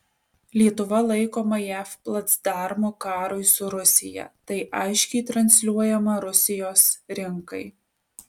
lietuva laikoma jav placdarmu karui su rusija tai aiškiai transliuojama rusijos rinkai